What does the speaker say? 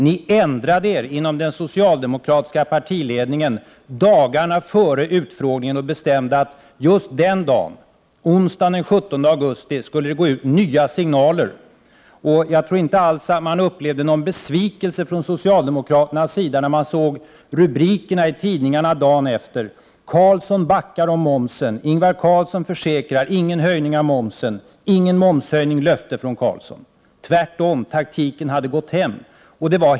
Ni ändrade er inom den socialdemokratiska partiledningen dagarna före utfrågningen och bestämde att just den dagen, onsdagen den 17 augusti, skulle det gå ut nya signaler. Jag tror inte alls att socialdemokraterna upplevde någon besvikelse när de såg rubrikerna i tidningarna dagen efter: Carlsson backar om momsen. Ingvar Carlsson försäkrar, ingen höjning av momsen. Ingen momshöjning, löfte från Carlsson. Tvärtom, taktiken hade gått hem.